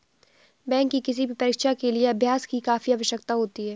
bank की किसी भी परीक्षा के लिए अभ्यास की काफी आवश्यकता होती है